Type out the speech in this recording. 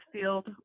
field